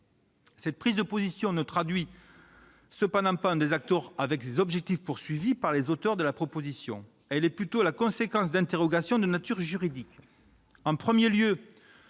Cette prise de position ne traduit cependant pas un désaccord avec les objectifs des auteurs de la proposition ; elle est plutôt la conséquence d'interrogations de nature juridique.